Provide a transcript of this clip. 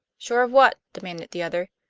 sure of what? demanded the other.